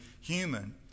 human